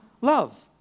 love